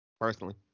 personally